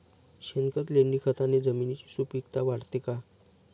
शेणखत, लेंडीखताने जमिनीची सुपिकता वाढते का?